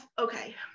okay